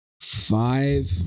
Five